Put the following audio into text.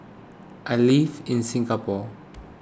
I live in Singapore